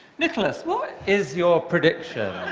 nicholas, what is your prediction?